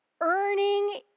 Earning